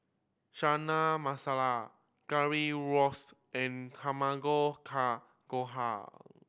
Chana Masala Currywurst and Tamago Kake Gohan